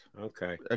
Okay